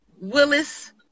Willis